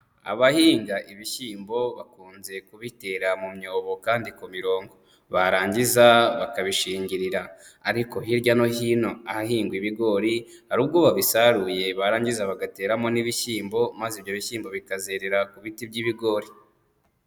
Abahinga ibishyimbo bakunze kubitera mu myobo kandi ku mirongo barangiza bakabishingirira, ariko hirya no hino ahahingwa ibigori, hari ubwo babisaruye barangiza bagateramo n'ibishyimbo maze ibyo bishyimbo bikazerera ku biti by'ibigori.